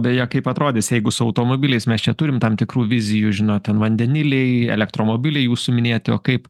beje kaip atrodys jeigu su automobiliais mes čia turim tam tikrų vizijų žinot ten vandeniliai elektromobiliai jūsų minėti o kaip